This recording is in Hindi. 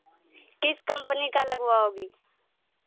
किस कंपनी का लगवाओगी